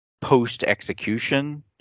post-execution